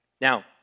Now